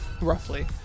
roughly